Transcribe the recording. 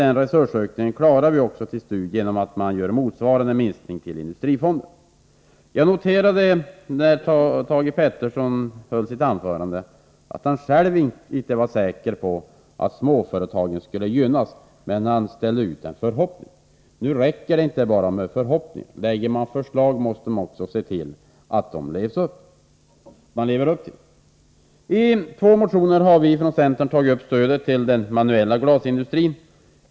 Den resursökningen till STU klaras genom motsvarande minskat stöd till industrifonden. När Thage Peterson höll sitt anförande noterade jag att han själv inte var säker på att småföretagen skulle gynnas av hans politik, men han ställde ut en förhoppning. Nu räcker det inte bara med en förhoppning — lägger man fram förslag måste man också se till att man lever upp till dem. I två motioner har centern tagit upp stödet till den manuella glasindustrin.